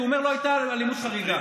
שהוא אומר לא הייתה אלימות חריגה.